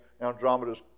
Andromeda's